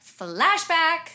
flashback